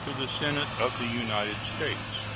to the senate of the united states